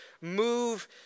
move